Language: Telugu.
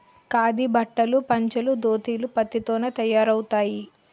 ఖాదీ బట్టలు పంచలు దోతీలు పత్తి తోనే తయారవుతాయి